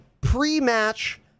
pre-match